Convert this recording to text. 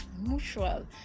mutual